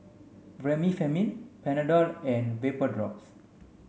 Remifemin Panadol and Vapodrops